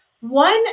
One